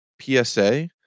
psa